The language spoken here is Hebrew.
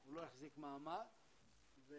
הוא לא החזיק מעמד ונפטר,